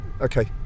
Okay